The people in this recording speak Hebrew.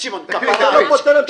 שמעון --- זה לא פותר להם את הבעיה.